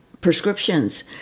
prescriptions